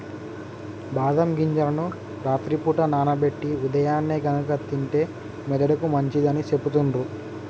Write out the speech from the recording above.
బాదం గింజలను రాత్రి పూట నానబెట్టి ఉదయాన్నే గనుక తింటే మెదడుకి మంచిదని సెపుతుండ్రు